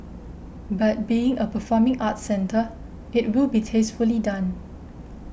but being a performing arts centre it will be tastefully done